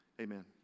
Amen